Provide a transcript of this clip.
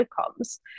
outcomes